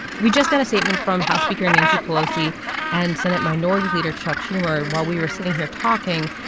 we just got a statement from house speaker nancy pelosi and senate minority leader chuck schumer while we were sitting here talking.